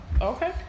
Okay